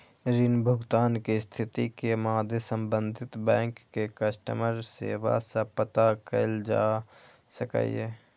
ऋण भुगतान के स्थिति के मादे संबंधित बैंक के कस्टमर सेवा सं पता कैल जा सकैए